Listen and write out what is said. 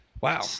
Wow